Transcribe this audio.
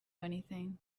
anything